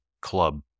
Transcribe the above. Club